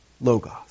Logos